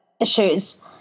issues